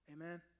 Amen